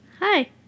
Hi